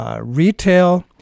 retail